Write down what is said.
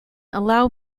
allow